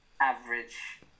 average